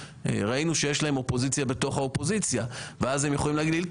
ראינו שיש להם אופוזיציה בתוך האופוזיציה ואז הם יכולים להגיד לי,